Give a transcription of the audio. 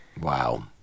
Wow